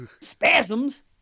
spasms